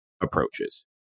approaches